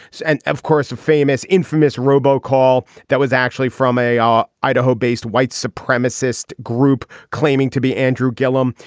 and of course a famous infamous robo call that was actually from a r idaho based white supremacist group claiming to be andrew gilham.